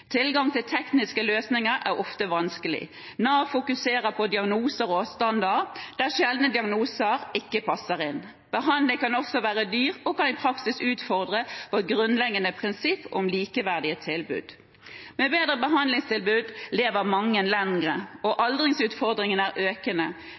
Tilgang til tekniske løsninger er ofte vanskelig. Nav fokuserer på diagnoser og avstander – der sjeldne diagnoser ikke passer inn. Behandlingen kan også være dyr og kan i praksis utfordre vårt grunnleggende prinsipp om likeverdige tilbud. Med bedre behandlingstilbud lever mange lenger, og